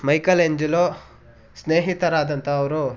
Michelangelo ಸ್ನೇಹಿತರಾದಂಥವ್ರು